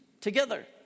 together